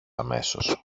αμέσως